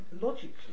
logically